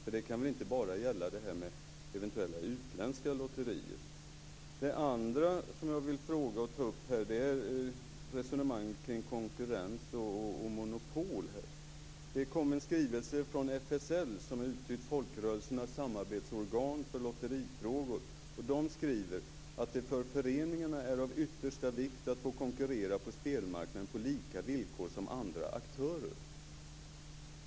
Det här kan inte bara gälla eventuella utländska lotterier. Det andra som jag vill ta upp här är resonemanget kring konkurrens och monopol. Det kom en skrivelse från FSL, som är folkrörelsernas samarbetsorgan för lotterifrågor. De skriver att det för föreningarna är av yttersta vikt att få konkurrera på spelmarknaden på lika villkor som andra aktörer.